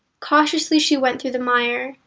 cautiously she went through the mire,